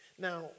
Now